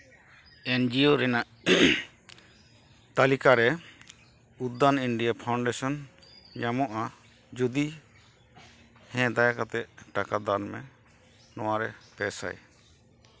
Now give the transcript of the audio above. ᱮᱱ ᱡᱤᱭᱳ ᱨᱮᱱᱟᱜ ᱛᱟᱹᱞᱤᱠᱟ ᱨᱮ ᱩᱫᱫᱟᱱ ᱤᱱᱰᱤᱭᱟ ᱯᱷᱟᱣᱩᱱᱰᱮᱥᱚᱱ ᱧᱟᱢᱚᱜᱼᱟ ᱡᱩᱫᱤ ᱦᱮᱸ ᱫᱟᱭᱟ ᱠᱟᱛᱮᱫ ᱴᱟᱠᱟ ᱫᱟᱱ ᱢᱮ ᱱᱚᱣᱟᱨᱮ ᱯᱮ ᱥᱟᱭ